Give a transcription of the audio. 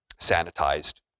sanitized